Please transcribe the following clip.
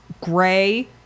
gray